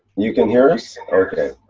you can hear us? okay.